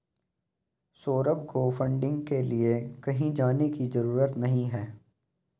सौरभ को फंडिंग के लिए कहीं जाने की जरूरत नहीं है